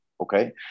okay